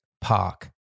Park